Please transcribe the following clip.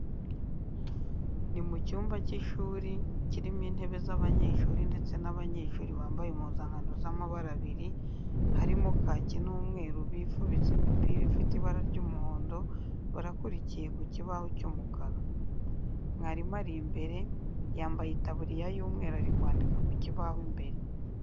Ni mu cyumba cy'ishuri, kirimo intebe z'abanyeshuri ndetse n'abanyeshuri bambaye impuzankano z'amara abiri, harimo kaki n'umweru bifubitse imipira ifite ibara ry'umuhondo barakurikiye ku kibaho cy'umukara. Mwarimu ari imbere, yambaye itaburiya y'umweru ari kwandika ku kibaho imbere.